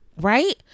right